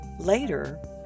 Later